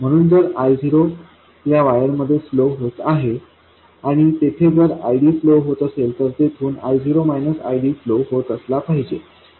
म्हणून जर I0 या वायरमध्ये फ्लो होत आहे आणि तेथे जर ID फ्लो होत असेल तर येथून I0 ID फ्लो होत असला पाहिजे